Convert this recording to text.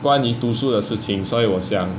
关于读书的事情所以我想